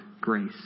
grace